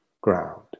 ground